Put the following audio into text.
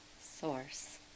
source